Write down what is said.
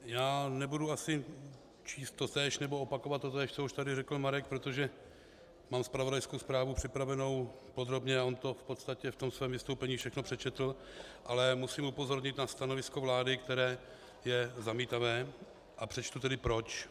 Já nebudu asi číst totéž nebo opakovat totéž, co už tady řekl Marek, protože mám zpravodajskou zprávu připravenou podrobně a on to v podstatě ve svém vystoupení všechno přečetl, ale musím upozornit na stanovisko vlády, které je zamítavé, a přečtu tedy proč.